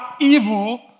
evil